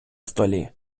столі